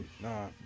Nah